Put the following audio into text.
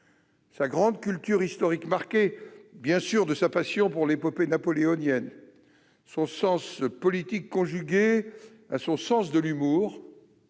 Sa grande culture historique, marquée de sa passion pour l'épopée napoléonienne, son sens politique conjugué à son sens de l'humour